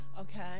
okay